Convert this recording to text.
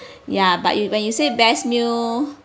ya but you when you say best meal